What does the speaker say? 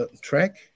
track